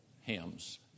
hymns